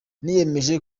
niyemeje